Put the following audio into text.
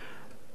יש לי חוק,